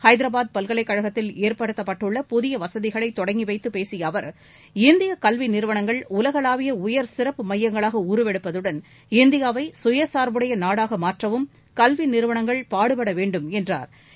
ஐதரபாத் பல்கலைக்கழகத்தில் ஏற்படுத்தப்பட்டுள்ள புதியவசதிகளைதொடங்கிவைத்தபேசியஅவா் இந்தியகல்விநிறுவனங்கள் சிறப்பு மையங்களாகஉருவெடுப்பதுடன் இந்தியாவைசுயசாா்புடைய நாடாகமாற்றவும் கல்விநிறுவனங்கள் பாடுபடவேண்டும் என்றாா்